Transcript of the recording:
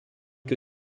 que